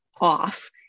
off